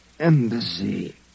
Embassy